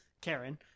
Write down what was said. Karen